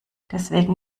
deswegen